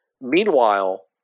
Meanwhile